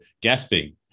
gasping